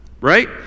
right